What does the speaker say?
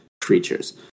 creatures